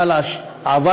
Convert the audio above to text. בעל עבר